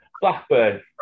Blackburn